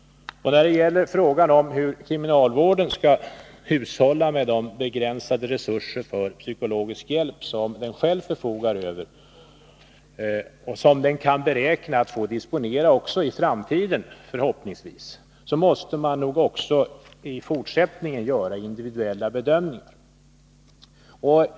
När gäller frågan om hur kriminalvården skall hushålla med de begränsade resurser för psykologisk hjälp som den själv förfogar över och som den förhoppningsvis kan beräkna att få disponera också i framtiden måste man nog även i fortsättningen göra individuella bedömningar.